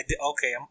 okay